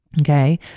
Okay